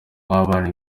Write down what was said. w’abana